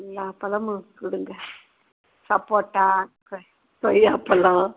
எல்லா பழமும் கொடுங்க சப்போட்டா கொய்யா பழம்